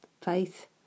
faith